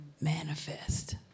manifest